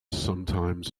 sometimes